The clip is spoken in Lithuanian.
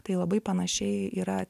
tai labai panašiai yra